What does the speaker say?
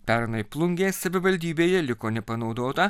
pernai plungės savivaldybėje liko nepanaudota